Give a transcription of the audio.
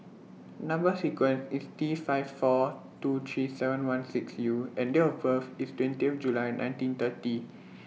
Number sequence IS T five four two three seven one six U and Date of birth IS twenty July nineteen thirty